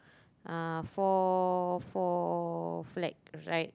uh four four flag right